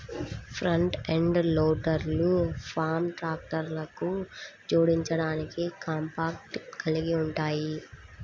front end లోడర్లు farm ట్రాక్టర్లకు జోడించడానికి కాంపాక్ట్ కలిగి ఉంటాయి